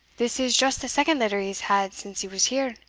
this is just the second letter he has had since he was here.